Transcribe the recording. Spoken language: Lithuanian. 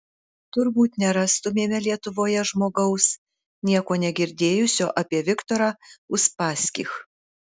turbūt nerastumėme lietuvoje žmogaus nieko negirdėjusio apie viktorą uspaskich